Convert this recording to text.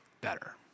better